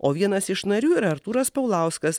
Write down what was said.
o vienas iš narių yra artūras paulauskas